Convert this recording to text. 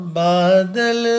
badal